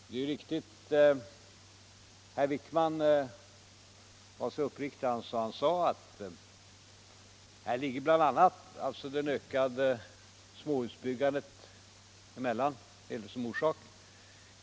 Herr Wijkman var så uppriktig att han sade att där ligger bl.a. det ökade småhusbyggandet som orsak.